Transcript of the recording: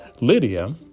Lydia